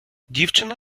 дівчина